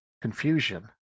confusion